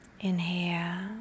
Inhale